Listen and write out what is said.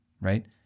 right